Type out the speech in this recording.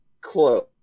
Close